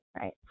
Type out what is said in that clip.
right